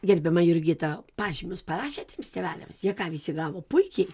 gerbiama jurgita pažymius parašėte tėveliams jie ką visi gavo puikiai